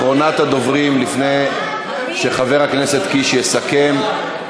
אחרונת הדוברים לפני שחבר הכנסת קיש יסכם.